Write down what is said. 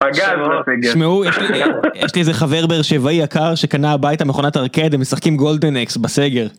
אגב, תשמעו, יש לי איזה חבר באר שבעי יקר שקנה הביתה מכונת ארקייד, הם משחקים גולדן-אקס בסגר.